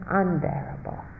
unbearable